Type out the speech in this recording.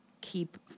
keep